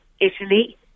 Italy